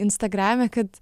instagrame kad